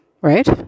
right